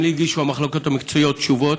גם לי המחלקות המקצועיות הגישו תשובות,